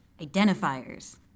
Identifiers